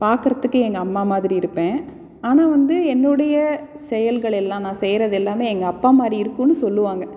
பார்க்குறதுக்கு எங்கள் அம்மா மாதிரி இருப்பேன் ஆனால் வந்து என்னுடைய செயல்கள் எல்லாம் நான் செய்றது எல்லாமே எங்கள் அப்பாமாதிரி இருக்குனு சொல்லுவாங்க